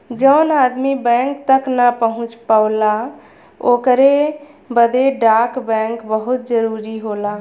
जौन आदमी बैंक तक ना पहुंच पावला ओकरे बदे डाक बैंक बहुत जरूरी होला